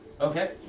okay